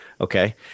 Okay